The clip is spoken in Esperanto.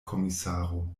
komisaro